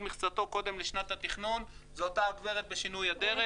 מכסתו קודם לשנת התכנון..." זו אותה גברת בשינוי אדרת.